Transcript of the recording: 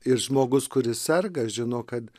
ir žmogus kuris serga žino kad